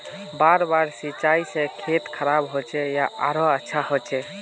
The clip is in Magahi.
बार बार सिंचाई से खेत खराब होचे या आरोहो अच्छा होचए?